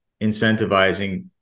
incentivizing